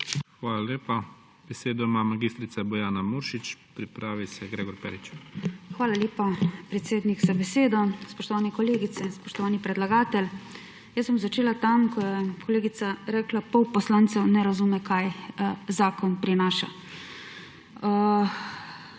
Hvala lepa. Besedo ima mag. Bojana Muršič, pripravi se Gregor Perič. MAG. BOJANA MURŠIČ (PS SD): Hvala lepa, predsednik, za besedo. Spoštovane kolegice, spoštovani predlagatelj! Jaz bom začela tam, ko je kolegica rekla, da pol poslancev ne razume, kaj zakon prinaša.